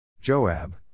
Joab